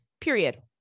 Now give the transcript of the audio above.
Period